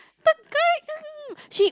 the guy she